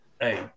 hey